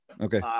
Okay